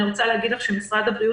אני רוצה להגיד לך שאת משרד הבריאות